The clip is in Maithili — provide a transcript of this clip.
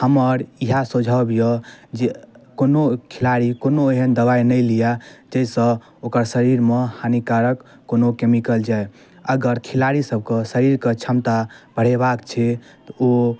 हमर इएह सुझाव यऽ जे कोनो खिलाड़ी कोनो एहन दबाइ नहि लिए जाहिसऽ ओकर शरीरमे हानिकारक कोनो केमिकल जाइ अगर खिलाड़ी सबके शरीरके क्षमता बढ़ेबाक छै तऽ ओ